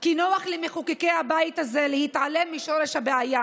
כי נוח למחוקקי הבית הזה להתעלם משורש הבעיה.